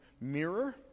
mirror